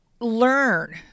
learn